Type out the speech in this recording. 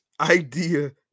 idea